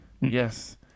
Yes